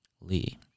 Lee